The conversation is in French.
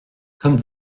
comme